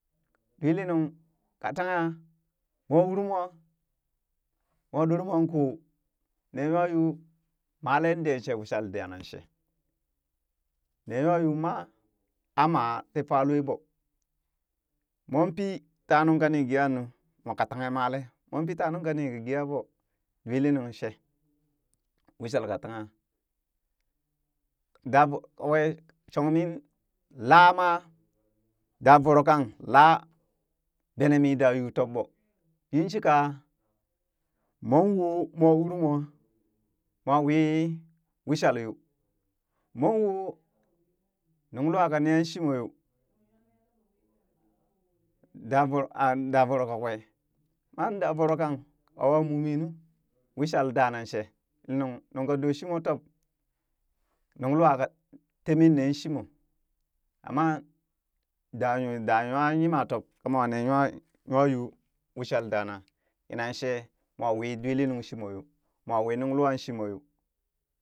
Dwiliinuŋ ka tangha mowa urimo moo ɗor mwa koo nee nywayuu malee dee she wishal da na shee nee nywayuu maa a ma tii falua ɓo mon pi ta nungkani gee aa nuu mwaka tanghe malee mwan pitee nungka ni geha ɓoo dwilinung shee wishal kaa tangha shee shongmin lamaa davorokang la bene mii da yuu toɓɓo yinshi ka mwan woo moo uri mwa mwa wii wishal yoo mon woo nunglwa kaneha shomoo yoo daa voro aah da voro ka kwee mma da voronkan ɓawa muminu wishal dana shee nun nungka doo shi mooh tob nunlua ka te meen nee shimo amma da nw da nywa nyayiman tob ka mwa ne nwa nwa yu wishal dana kinan she mwa wii dwili nuŋ shimo yoo mooh wi nunglwaa shimoyoo